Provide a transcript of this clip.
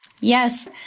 Yes